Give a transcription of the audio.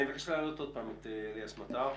אני מבקש להעלות שוב את אליאס מטר.